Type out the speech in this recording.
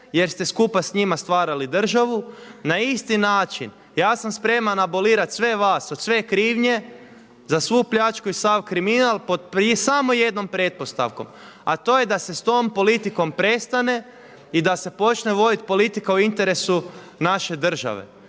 jer ste skupa s njima stvarali državu na isti način ja sam spreman abolirati sve vas od sve krivnje za svu pljačku i sav kriminal pod samo jednom pretpostavkom a to je da se s tom politikom prestane i da se počne vodit politika u interesu naše države.